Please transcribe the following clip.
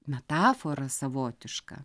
metafora savotiška